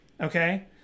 Okay